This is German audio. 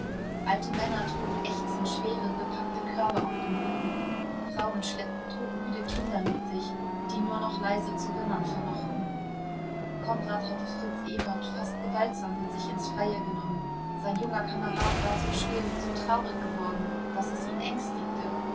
alte männer trugen ächzend schwere bepackte körbe auf dem rücken frauen schleppten todmüde kinder mit sich die nur noch leise zu wimmern vermochten konrad hatte fritz ewert fast gewaltsam mit sich ins freie genommen sein junger kamerad war so still so traurig geworden daß es ihn ängstigte